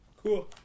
Cool